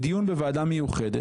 בדיון בוועדה מיוחדת.